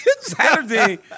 Saturday